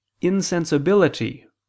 insensibility